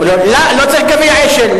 לא צריך גביע אשל.